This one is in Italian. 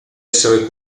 essere